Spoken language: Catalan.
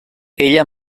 ella